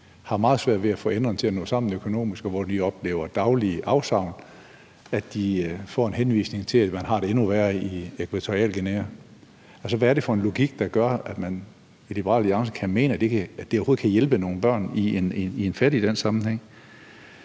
har meget svært ved at få enderne til at nå sammen økonomisk, og hvor de oplever daglige afsavn, at de får en henvisning til, at man har det endnu værre i Ækvatorialguinea. Altså, hvad er det for en logik, der gør, at man i Liberal Alliance kan mene, at det overhovedet kan hjælpe nogen børn i en fattig dansk sammenhæng?